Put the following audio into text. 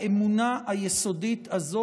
האמונה היסודית הזו,